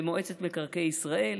במועצת מקרקעי ישראל,